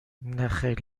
نخیر